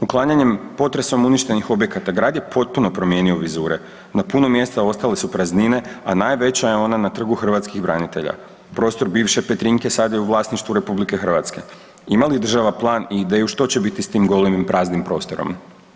Uklanjanjem potresom uništenih objekta grad je potpuno promijenio vizure, na puno mjesta ostale su praznine, a najveća je ona na Trgu hrvatskih branitelja, prostor bivše Petrinjke sada je u vlasništvu RH, ima li država plan i ideju što će biti s tim golemim praznim prostorom?